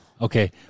Okay